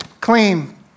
clean